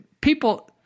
People